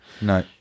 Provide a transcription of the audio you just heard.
no